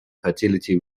fertility